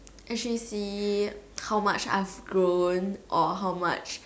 actually see how much I've grown or how much